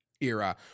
era